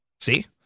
See